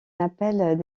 appel